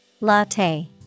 Latte